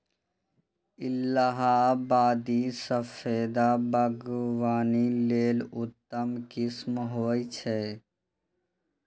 इलाहाबादी सफेदा बागवानी लेल उत्तम किस्म होइ छै